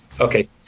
okay